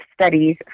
studies